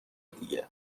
دیگه